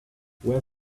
where